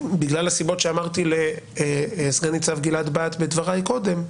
בגלל הסיבות שאמרתי לסנ"צ גלעד בהט בדבריי קודם,